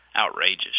outrageous